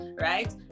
right